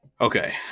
Okay